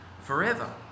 forever